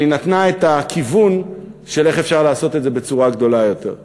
אבל היא נתנה את הכיוון של איך אפשר לעשות את זה בצורה גדולה יותר.